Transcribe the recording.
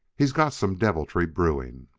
he's got some deviltry brewing.